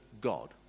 God